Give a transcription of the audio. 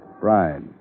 Bride